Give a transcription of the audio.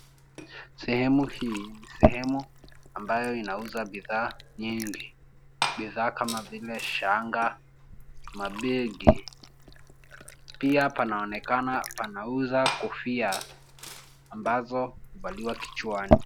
Sehemu hii, ni sehemu ambayo inauza bidhaa nyingi. Bidhaa kama vile shanga, mabegi, pia panaonekana panauza kofia ambazo huvaliwa kichwani.